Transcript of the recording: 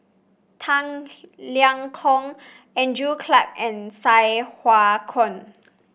Tang Liang Hong Andrew Clarke and Sai Hua Kuan